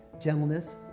gentleness